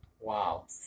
Wow